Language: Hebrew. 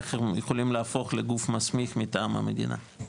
איך הם יכולים להפוך לגוף שמסמיך מטעם המדינה?